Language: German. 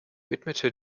widmete